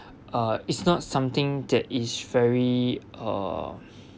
uh it's not something that is very uh